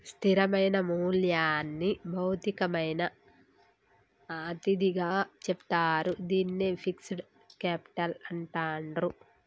స్థిరమైన మూల్యంని భౌతికమైన అతిథిగా చెప్తారు, దీన్నే ఫిక్స్డ్ కేపిటల్ అంటాండ్రు